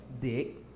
Dick